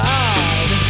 God